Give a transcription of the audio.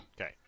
Okay